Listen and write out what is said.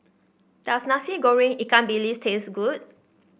does Nasi Goreng Ikan Bilis taste good